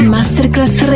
Masterclass